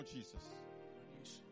Jesus